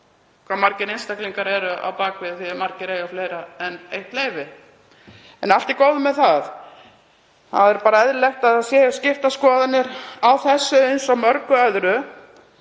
hve margir einstaklingar eru á bak við því að margir eiga fleiri en eitt leyfi. En allt í góðu með það. Það er bara eðlilegt að skoðanir séu skiptar á þessu eins og mörgu öðru.